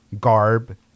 garb